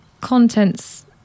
Content's